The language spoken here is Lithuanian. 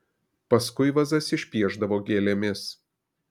paskui vazas išpiešdavo gėlėmis